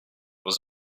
was